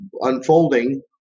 unfolding